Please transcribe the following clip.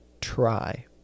try